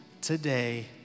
today